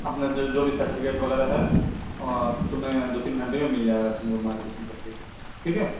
اپنا جو بھی سرٹیفکیٹ وغیرہ ہے اور تمہیں دو تین گھنٹے میں مل جائے گا تم کو مائگریشن سرٹیفیکٹ ٹھیک ہے